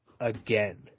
again